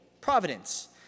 providence